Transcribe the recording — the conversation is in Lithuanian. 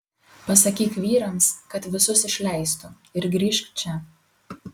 pasakyk vyrams kad visus išleistų ir grįžk čia